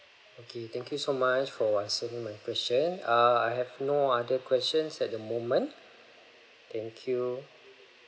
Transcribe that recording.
okay thank you so much for answering my question err I have no other questions at the moment thank you